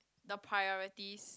the priorities